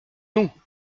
nous